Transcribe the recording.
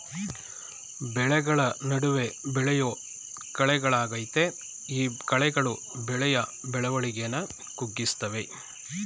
ಬೆಳೆಗಳ ನಡುವೆ ಬೆಳೆಯೋ ಕಳೆಗಳಾಗಯ್ತೆ ಈ ಕಳೆಗಳು ಬೆಳೆಯ ಬೆಳವಣಿಗೆನ ಕುಗ್ಗಿಸ್ತವೆ